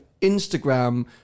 Instagram